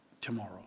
tomorrow